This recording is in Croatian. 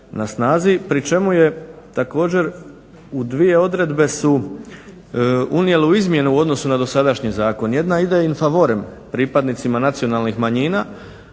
na snazi pri čemu je također u dvije odredbe su unijeli u izmjenu na dosadašnji zakon. Jedna ide in favorem pripadnicima nacionalnih manjina